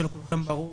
כפי שלכולכם ברור,